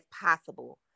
possible